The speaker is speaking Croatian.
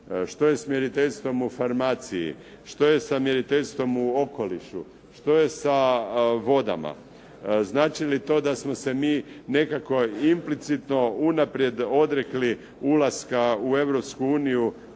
što je s mjeriteljstvom u farmaciji? Što je sa mjeriteljstvom u okolišu? Što je sa vodama? Znači li to da smo se mi nekako implicitno unaprijed odrekli ulaska u